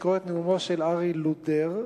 לקרוא את נאומו של ארי לודר,